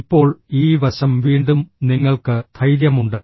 ഇപ്പോൾ ഈ വശം വീണ്ടും നിങ്ങൾക്ക് ധൈര്യമുണ്ട്